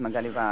מגלי והבה.